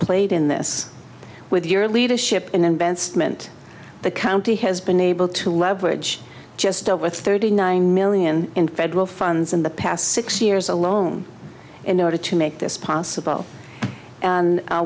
played in this with your leadership in advanced mint the county has been able to leverage just over thirty nine million in federal funds in the past six years alone in order to make this possible and